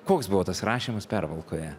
koks buvo tas rašymas pervalkoje